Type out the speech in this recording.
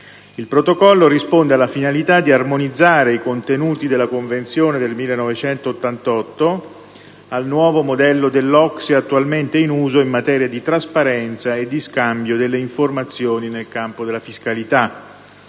Il Protocollo risponde alla finalità di armonizzare i contenuti della Convenzione del 1988 al nuovo modello dell'OCSE attualmente in uso in materia di trasparenza e di scambio delle informazioni nel campo della fiscalità.